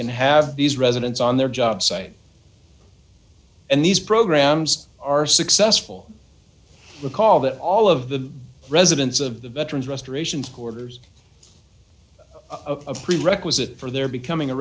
can have these residents on their job site and these programs are successful recall that all of the residents of the veterans restoration supporters a prerequisite for their becoming a